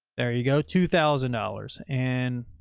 there you go. two thousand dollars and.